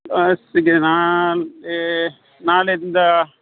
ನಾ ನಾಳೆಯಿಂದಾ